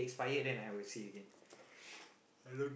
expired then I will see again